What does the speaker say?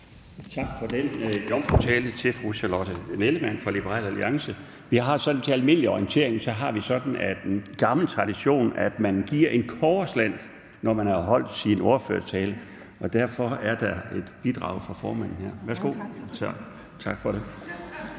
Tak for den jomfrutale til fru Charlotte Nellemann fra Liberal Alliance. Vi har til almindelig orientering sådan en gammel tradition, at man giver en kobberslant, når ordføreren har holdt sin første ordførertale, og derfor er der et bidrag fra formanden her, værsgo. Der var